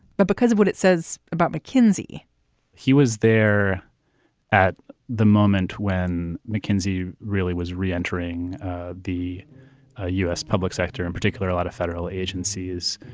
but because of what it says about mckinsey he was there at the moment when mckinsey really was re-entering the ah u s. public sector, in particular, a lot of federal agencies.